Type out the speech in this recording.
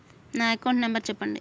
నా account number చెప్పండి?